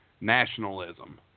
nationalism